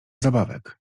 zabawek